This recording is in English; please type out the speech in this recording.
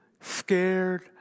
scared